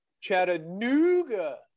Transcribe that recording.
Chattanooga